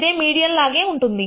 ఇది మీడియన్ లాగే ఉంటుంది